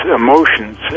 emotions